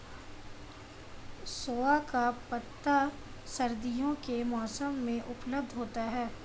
सोआ का पत्ता सर्दियों के मौसम में उपलब्ध होता है